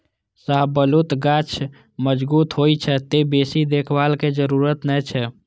शाहबलूत गाछ मजगूत होइ छै, तें बेसी देखभाल के जरूरत नै छै